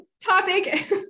topic